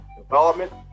development